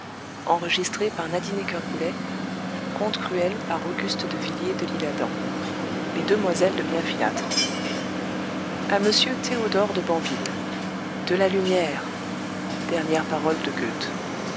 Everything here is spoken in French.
s de bienfilâtre à monsieur théodore de banville de la lumière dernières paroles de